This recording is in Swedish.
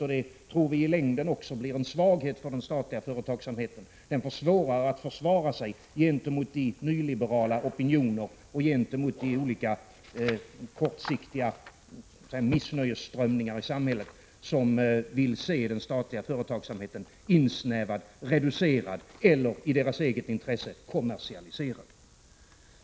Vi tror också att det i längden innebär en svaghet för den statliga företagsamheten. Den får svårare att försvara sig gentemot de nyliberala opinioner och gentemot de olika kortsiktiga missnöjesströmningar i samhället som vill se den statliga företagsamheten insnävad, reducerad eller, i deras eget intresse, kommersialiserad.